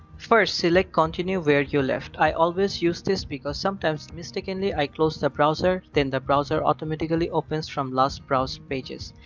first select continue where you left. i always use this because sometimes mistakenly i close the browser. then the browser automatically opens from last browse pages.